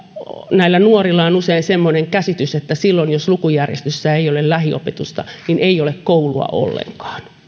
näillä nuorilla on usein semmoinen käsitys että silloin jos lukujärjestyksessä ei ole lähiopetusta ei ole koulua ollenkaan